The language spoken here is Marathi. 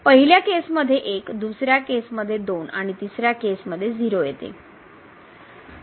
पहिल्या केस मध्ये 1दुसऱ्या केस मध्ये 2 आणि तिसऱ्या केस मध्ये 0 येते